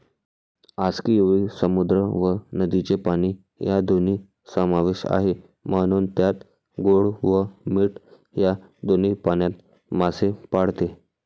आस्कियुरी समुद्र व नदीचे पाणी या दोन्ही समावेश आहे, म्हणून त्यात गोड व मीठ या दोन्ही पाण्यात मासे पाळते